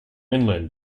inland